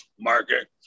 market